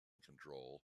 control